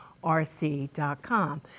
RC.com